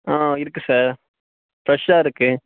ஆ இருக்குது சார் ஃப்ரெஷ்ஷாக இருக்குது